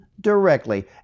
directly